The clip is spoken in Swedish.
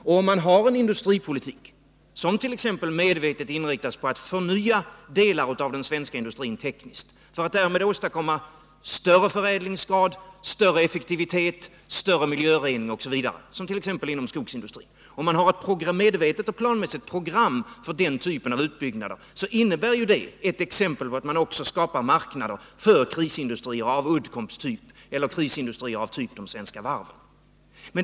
Om man för en industripolitik som t.ex. medvetet inriktas på att tekniskt förnya delar av den svenska industrin för att därmed åstadkomma högre förädlingsgrad, större effektivitet, större miljörening osv. — bl.a. inom skogsindustrin — och om man har ett medvetet och planmässigt program för den typen av utbyggnader, så innebär det ett exempel på att man också skapar marknader för krisindustrier av typen Uddcomb eller de svenska varven.